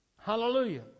Hallelujah